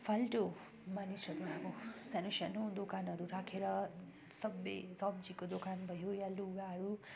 फाल्तु मानिसहरूको सानो सानो दोकानहरू राखेर सबै सब्जीको दोकान भयो यहाँ लुगाहरू